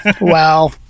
Wow